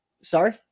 sorry